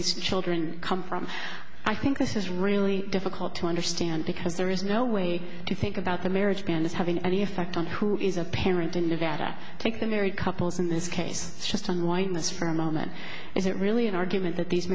these children come from i think this is really difficult to understand because there is no way to think about the marriage ban as having any effect on who is a parent in nevada think the married couples in this case just unwind this for a moment is it really an argument that these